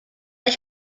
ich